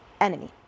enemy